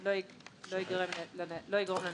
לא יגרום לנזק.